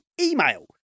email